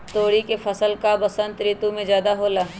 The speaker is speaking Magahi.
तोरी के फसल का बसंत ऋतु में ज्यादा होला?